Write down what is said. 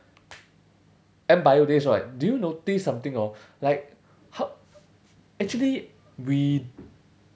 bio days right do you notice something orh like how actually we